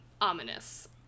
ominous